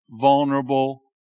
vulnerable